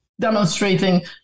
demonstrating